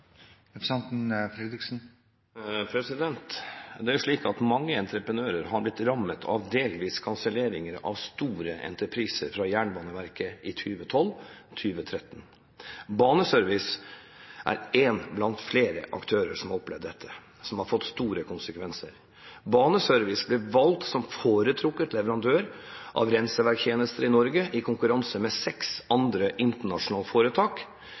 Det er slik at mange entreprenører har blitt rammet av delvis kanselleringer av store entrepriser fra Jernbaneverket i 2012 og 2013. Baneservice er en blant flere aktører som har opplevd dette, og som det har fått store konsekvenser for. Baneservice ble valgt som foretrukket leverandør av renseverktjenester i Norge i konkurranse med seks andre internasjonale foretak,